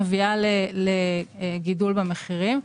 מביאה לגידול במחירים.